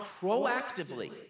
proactively